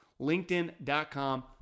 linkedin.com